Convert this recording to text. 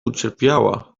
ucierpiała